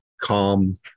calm